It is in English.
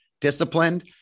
disciplined